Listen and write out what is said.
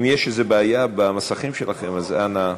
אם יש איזו בעיה במסכים שלכם, אז אנא.